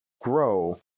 grow